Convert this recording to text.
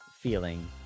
feeling